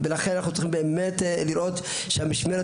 ולכן אנחנו צריכים באמת לראות שהמשמרת